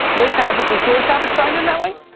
liz has it, does george have it signed in that way?